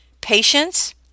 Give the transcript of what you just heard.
patience